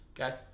Okay